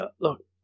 look